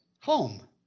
home